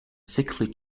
sickly